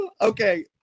Okay